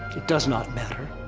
it does not matter.